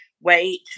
Wait